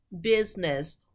business